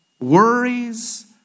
worries